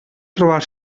trobar